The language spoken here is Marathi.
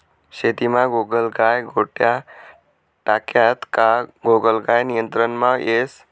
शेतीमा गोगलगाय गोळ्या टाक्यात का गोगलगाय नियंत्रणमा येस